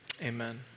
Amen